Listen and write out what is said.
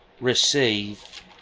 receive